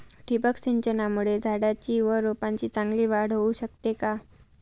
ठिबक सिंचनामुळे झाडाची व रोपांची चांगली वाढ होऊ शकते का?